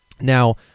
Now